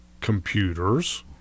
computers